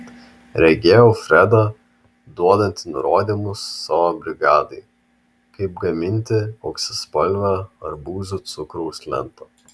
regėjau fredą duodantį nurodymus savo brigadai kaip gaminti auksaspalvę arbūzų cukraus lentą